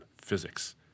physics